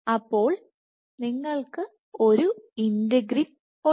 അപ്പോൾ നിങ്ങൾക്ക് ഒരു ഇന്റഗ്രിൻ ഉണ്ട്